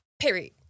Period